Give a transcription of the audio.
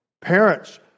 parents